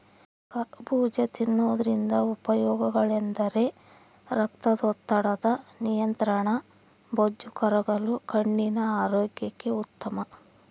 ಕರಬೂಜ ತಿನ್ನೋದ್ರಿಂದ ಉಪಯೋಗಗಳೆಂದರೆ ರಕ್ತದೊತ್ತಡದ ನಿಯಂತ್ರಣ, ಬೊಜ್ಜು ಕರಗಲು, ಕಣ್ಣಿನ ಆರೋಗ್ಯಕ್ಕೆ ಉತ್ತಮ